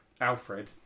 Alfred